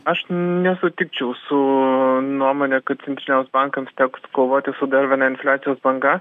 aš nesutikčiau su nuomone kad centriniams bankams teks kovoti su dar viena infliacijos banga